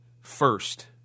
first